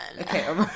Okay